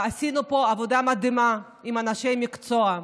עשינו פה עבודה מדהימה, עם אנשי מקצוע,